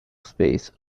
space